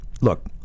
look